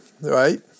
right